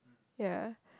ya